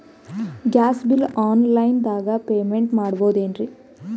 Gas bill online ದಾಗ payment ಮಾಡಬೋದೇನ್ರಿ?